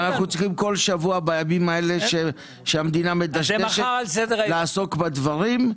אנחנו צריכים בכל הימים האלה כשהמדינה מדשדשת לעסוק בדברים.